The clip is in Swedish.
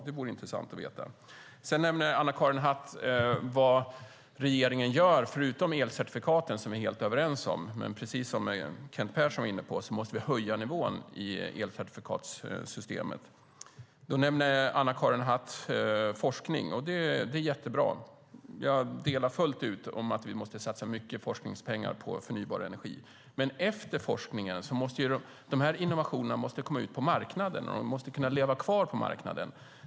Det vore intressant att veta. Sedan nämnde Anna-Karin Hatt vad regeringen gör förutom elcertifikaten, som vi är helt överens om. Men precis som Kent Persson var inne på måste vi höja nivån i elcertifikatssystemet. Då nämner Anna-Karin Hatt forskning, och det är jättebra. Jag delar fullt ut åsikten att vi måste satsa mycket forskningspengar på förnybar energi. Men efter forskningen måste de här innovationerna komma ut på marknaden. De måste kunna leva kvar på marknaden.